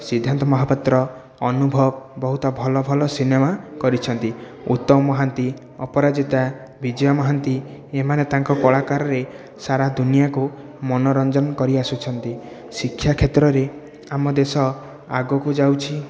ସିଦ୍ଧାନ୍ତ ମହାପାତ୍ର ଅନୁଭବ ବହୁତ ଭଲ ଭଲ ସିନେମା କରିଛନ୍ତି ଉତ୍ତମ ମହାନ୍ତି ଅପରାଜିତା ବିଜୟ ମହାନ୍ତି ଏମାନେ ତାଙ୍କ କଳାକାରରେ ସାରା ଦୁନିଆକୁ ମନୋରଞ୍ଜନ କରି ଆସୁଛନ୍ତି ଶିକ୍ଷା କ୍ଷେତ୍ରରେ ଆମ ଦେଶ ଆଗକୁ ଯାଉଛି